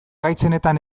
gaitzenetan